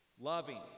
loving